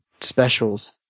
specials